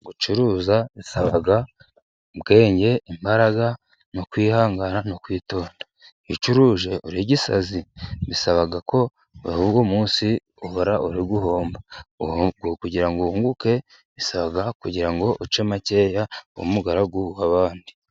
Gucuruza bisaba ubwenge imbaraga n'ukwihangana no kwitonda. Iyo ucuruje uri igisazi bisabako uhora uri guhomba, kugira ngo wunguke bisa kugira ngo uce makeya ube umugaragu w'abandi.